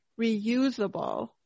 reusable